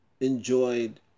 enjoyed